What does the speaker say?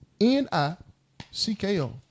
N-I-C-K-O